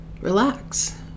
relax